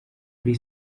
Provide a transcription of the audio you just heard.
kuri